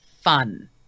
fun